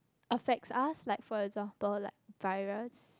affects us like for example like virus